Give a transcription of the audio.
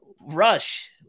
Rush